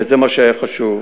וזה מה שהיה חשוב.